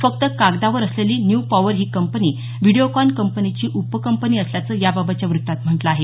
फक्त कागदावर असलेली न्यू पॉवर ही कंपनी व्हिडीओकॉन कंपनीची उपकंपनी असल्याचं याबाबतच्या व्ततात म्हटलं आहे